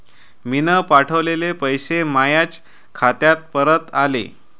मीन पावठवलेले पैसे मायाच खात्यात परत आले